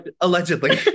Allegedly